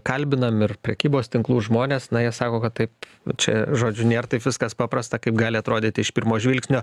kalbinam ir prekybos tinklų žmones na jie sako kad taip nu čia žodžiu nėr taip viskas paprasta kaip gali atrodyt iš pirmo žvilgsnio